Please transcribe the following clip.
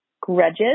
grudges